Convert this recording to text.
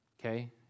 okay